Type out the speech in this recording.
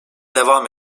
devam